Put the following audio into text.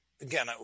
again